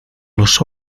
los